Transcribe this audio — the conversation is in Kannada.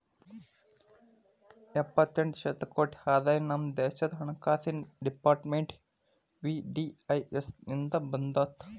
ಎಪ್ಪತ್ತೆಂಟ ಶತಕೋಟಿ ಆದಾಯ ನಮ ದೇಶದ್ ಹಣಕಾಸಿನ್ ಡೆಪಾರ್ಟ್ಮೆಂಟ್ಗೆ ವಿ.ಡಿ.ಐ.ಎಸ್ ಇಂದ್ ಬಂದಿತ್